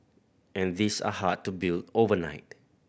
and these are hard to build overnight